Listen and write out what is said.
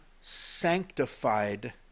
sanctified